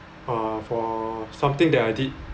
uh for something that I did